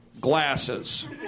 glasses